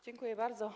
Dziękuję bardzo.